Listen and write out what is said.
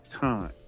time